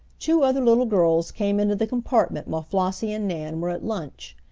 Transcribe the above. two other little girls came into the compartment while flossie and nan were at lunch.